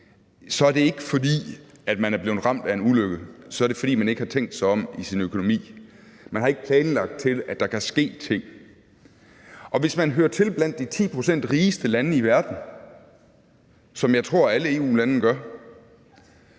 så er det ikke, fordi man er blevet ramt af en ulykke. Så er det, fordi man ikke har tænkt sig om i sin økonomi. Man har ikke planlagt efter, at der kan ske ting. Hvis man hører til blandt de 10 pct. rigeste lande i verden, som jeg tror alle EU-lande gør,